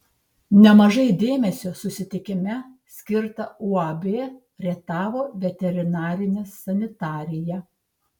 nemažai dėmesio susitikime skirta uab rietavo veterinarinė sanitarija